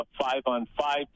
five-on-five